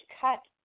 cut